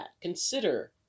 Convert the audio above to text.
Consider